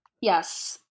Yes